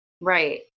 right